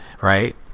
right